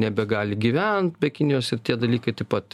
nebegali gyvent be kinijos ir tie dalykai taip pat